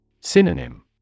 Synonym